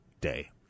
Day